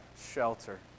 shelter